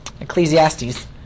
Ecclesiastes